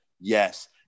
Yes